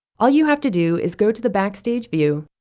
all you have to do is go to the backstage view,